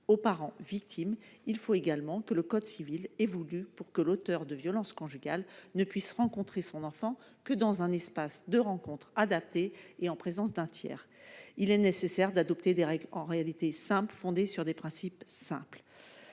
au parent victime. Il faut également que le code civil évolue, pour que l'auteur de violences conjugales ne puisse rencontrer son enfant que dans un espace de rencontre et en présence d'un tiers. Il est nécessaire d'adopter des règles simples fondées sur des principes simples.